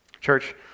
Church